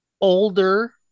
older